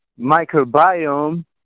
microbiome